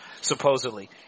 supposedly